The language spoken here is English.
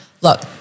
look